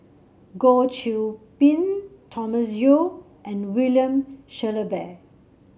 Goh Qiu Bin Thomas Yeo and William Shellabear